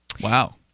Wow